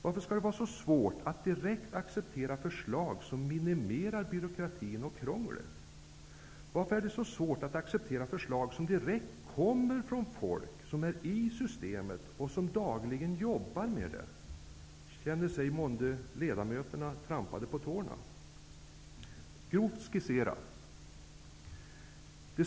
Varför skall det vara så svårt att direkt acceptera förslag som minimerar byråkratin och krånglet? Varför är det så svårt att acceptera förslag som kommer direkt från folk som befinner sig i systemet och som dagligen jobbar med det? Känner sig månde ledamöterna trampade på tårna? Ny demokratis förslag innebär grovt skisserat följande.